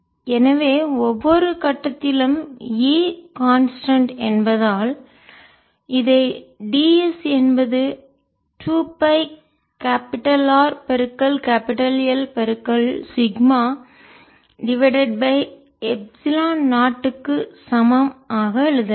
எனவே ஒவ்வொரு கட்டத்திலும் E கான்ஸ்டன்ட் நிலையானது என்பதால் இதை ds என்பது 2 pi capital R capital L sigma divided by epsilon 0 க்கு சமம் ஆக எழுதலாம்